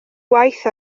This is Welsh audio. waith